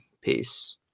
peace